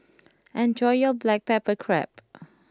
enjoy your Black Pepper Crab